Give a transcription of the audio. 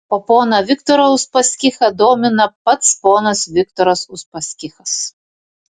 o poną viktorą uspaskichą domina pats ponas viktoras uspaskichas